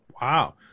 Wow